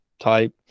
type